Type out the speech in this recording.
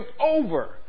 over